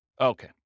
Okay